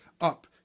up